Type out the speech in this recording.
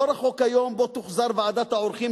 לא רחוק היום שבו תוחזר ועדת העורכים,